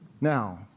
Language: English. Now